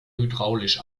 hydraulisch